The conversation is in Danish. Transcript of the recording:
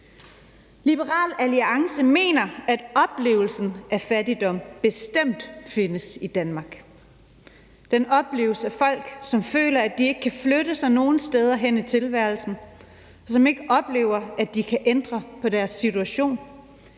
Liberal Alliance mener, at oplevelsen af fattigdom bestemt findes i Danmark. Den opleves af folk, som føler, at de ikke kan flytte sig nogen steder hen i tilværelsen, og som oplever, at de ikke kan ændre på deres situation,